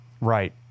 Right